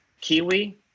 Kiwi